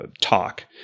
talk